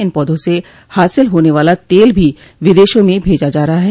इन पौधों से हासिल होने वाला तेल भी विदेशों में भेजा रहा है